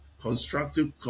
constructive